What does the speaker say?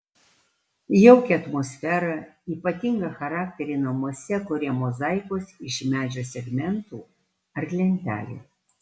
jaukią atmosferą ypatingą charakterį namuose kuria mozaikos iš medžio segmentų ar lentelių